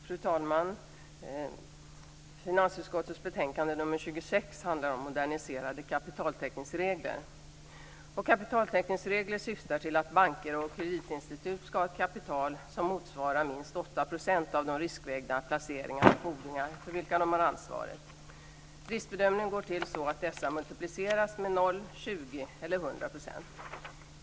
Fru talman! Finansutskottets betänkande 26 handlar om moderniserade kapitaltäckningsregler. Kapitaltäckningsregler syftar till att banker och kreditinstitut ska ha ett kapital som motsvarar minst 8 % av de riskvägda placeringar och fordringar för vilka de har ansvaret. Riskbedömningen går till så att dessa multipliceras med 0 %, 20 % eller 100 %.